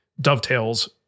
dovetails